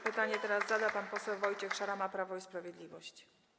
Pytanie teraz zada pan poseł Wojciech Szarama, Prawo i Sprawiedliwość.